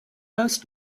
most